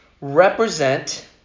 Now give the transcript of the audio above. represent